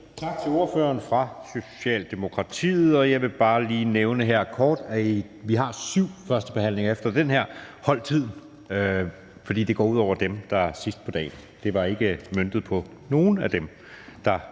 Tak til ordføreren fra Socialdemokratiet. Jeg vil bare lige nævne her kort, at vi har syv førstebehandlinger efter den her, så hold tiden, for det går ud over dem, der er på sidst på dagen. Det var ikke møntet på nogle af dem, der